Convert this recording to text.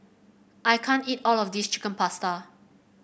I can't eat all of this Chicken Pasta